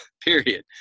Period